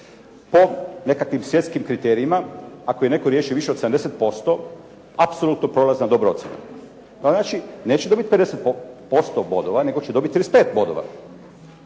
Po nekakvim svjetskim kriterijima ako je netko riješio više od 70% apsolutno prolazna dobra ocjena. On znači neće dobiti 50% bodova nego će dobiti 35 bodova.